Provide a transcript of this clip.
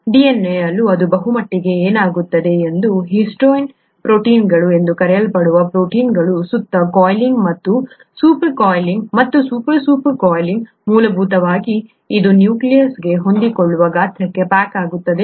DNA ಅಲ್ಲೂ ಇದು ಬಹುಮಟ್ಟಿಗೆ ಏನಾಗುತ್ತದೆ ಮತ್ತು ಹಿಸ್ಟೋನ್ ಪ್ರೊಟೀನ್ಗಳು ಎಂದು ಕರೆಯಲ್ಪಡುವ ಪ್ರೋಟೀನ್ಗಳ ಸುತ್ತ ಕಾಯಿಲಿಂಗ್ ಮತ್ತು ಸೂಪರ್ ಕಾಯಿಲಿಂಗ್ ಮತ್ತು ಸೂಪರ್ ಸೂಪರ್ ಕಾಯಿಲಿಂಗ್ ಮೂಲಭೂತವಾಗಿ ಇದು ನ್ಯೂಕ್ಲಿಯಸ್ಗೆ ಹೊಂದಿಕೊಳ್ಳುವ ಗಾತ್ರಕ್ಕೆ ಪ್ಯಾಕ್ ಆಗುತ್ತದೆ